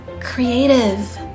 creative